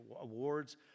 awards